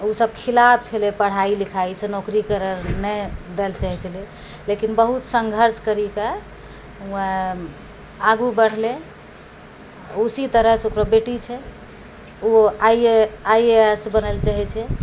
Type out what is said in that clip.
ओसब खिलाफ छलै पढ़ाइ लिखाइसँ नौकरी करैलए नहि दैलए चाहै छलै लेकिन बहुत संघर्ष करिके वएह आगू बढ़लै उसी तरहसँ ओकर बेटी छै ओ आइ ए एस बनैलए चाहै छै